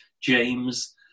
James